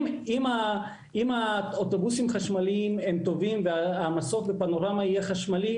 אם האוטובוסים החשמליים הם טובים והמסוף בפנורמה יהיה חשמלי,